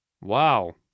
Wow